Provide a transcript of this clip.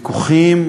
וויכוחים,